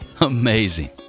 amazing